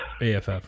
AFF